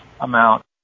amount